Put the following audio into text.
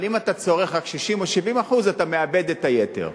אבל אם אתה צורך רק 60% או 70%, אתה מאבד את היתר.